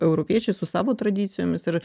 europiečiai su savo tradicijomis ir